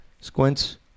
Squints